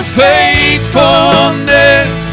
faithfulness